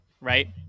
right